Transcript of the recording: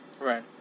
right